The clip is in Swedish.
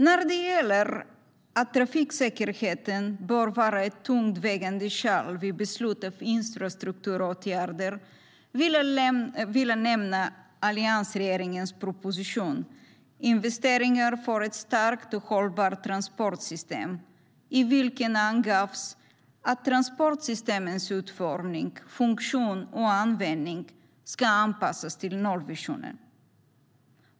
När det gäller att trafiksäkerheten bör vara ett tungt vägande skäl vid beslut om infrastrukturåtgärder vill jag nämna alliansregeringens proposition Investeringar för ett starkt och hållbart transportsystem . I den angavs att transportsystemens utformning, funktion och användning ska anpassas till nollvisionen.